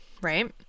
Right